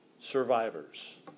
survivors